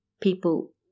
people